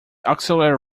auxiliary